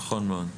נכון מאוד.